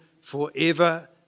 forever